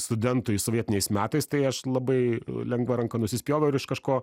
studentui sovietiniais metais tai aš labai lengva ranka nusispjoviau ir iš kažko